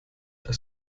das